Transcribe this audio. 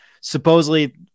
supposedly